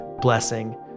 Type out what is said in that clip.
blessing